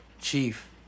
Chief